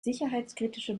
sicherheitskritische